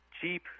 Cheap